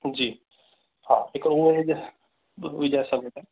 जी हा हिकिड़ो उहो विझाए विझाए सघो था